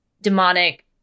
demonic